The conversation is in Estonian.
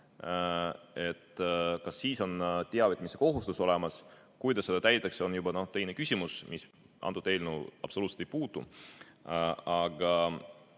Ka siis on teavitamise kohustus olemas. Kuidas seda täidetakse, on juba teine küsimus, mis antud eelnõu absoluutselt ei puuduta.